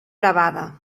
gravada